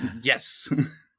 Yes